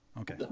Okay